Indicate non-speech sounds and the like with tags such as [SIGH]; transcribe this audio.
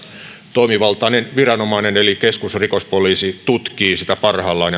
toimivaltainen viranomainen eli keskusrikospoliisi tutkii sitä parhaillaan [UNINTELLIGIBLE]